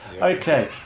Okay